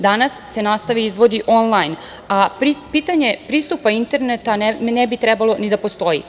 Danas se nastava izvodi onlajn, a pitanje pristupa interneta ne bi trebalo ni da postoji.